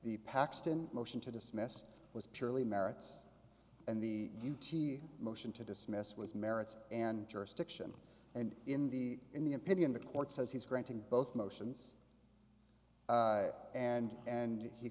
the paxton motion to dismiss was purely merits and the u t motion to dismiss was merits and jurisdiction and in the in the opinion the court says he's granting both motions and and he